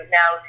now